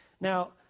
Now